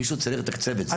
מישהו צריך לתקצב את זה.